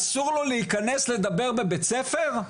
אסור לו להיכנס לדבר בבית ספר?